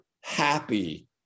happy